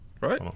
right